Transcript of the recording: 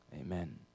Amen